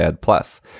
plus